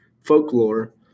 folklore